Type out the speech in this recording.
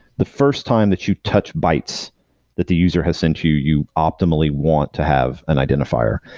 the first time that you touch bytes that the user has sent you, you optimally want to have an identifier.